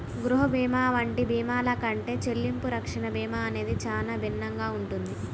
గృహ భీమా వంటి భీమాల కంటే చెల్లింపు రక్షణ భీమా అనేది చానా భిన్నంగా ఉంటది